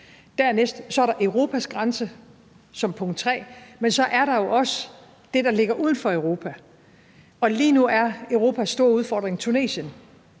dernæst er der Europas grænse som punkt 3, men så er der jo også det, der ligger uden for Europa. Og lige nu er Europas store udfordring Tunesien,